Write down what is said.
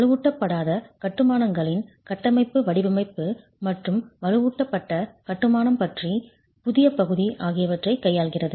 வலுவூட்டப்படாத கட்டுமானங்களின் கட்டமைப்பு வடிவமைப்பு மற்றும் வலுவூட்டப்பட்ட கட்டுமானம் பற்றிய புதிய பகுதி ஆகியவற்றைக் கையாள்கிறது